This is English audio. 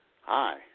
Hi